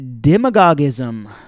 demagogism